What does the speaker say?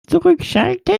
zurückschalten